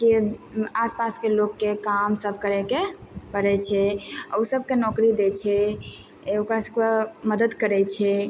आस पासके लोकके काम सब करैके पड़ै छै आ उसबके नौकरी दै छै ओकरा सबके मदद करै छै